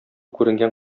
күренгән